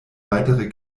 weitere